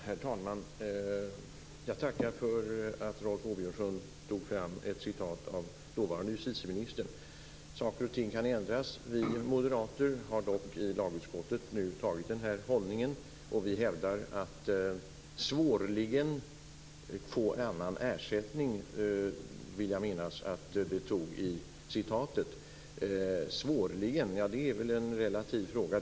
Herr talman! Jag tackar för att Rolf Åbjörnsson tog fram ett citat av dåvarande justitieministern. Saker och ting kan ändras. Vi moderater har dock i lagutskottet intagit den här hållningen. "Svårligen kan få skälig kompensation" vill jag minnas att det stod i citatet. Vad "svårligen" innebär är en relativ fråga.